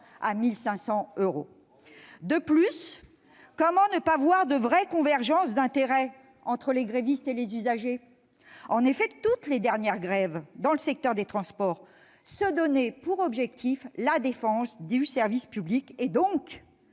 à 1 500 euros ! Par ailleurs, comment ne pas voir de vraies convergences d'intérêts entre les grévistes et les usagers ? En effet, toutes les dernières grèves dans le secteur des transports se donnaient pour objectif la défense du service public, et donc